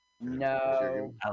No